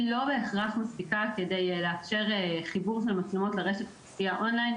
בהכרח מספיקה כדי לאפשר חיבור של המצלמות לרשת און-ליין,